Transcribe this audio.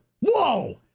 Whoa